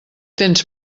tens